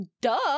Duh